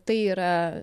tai yra